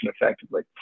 effectively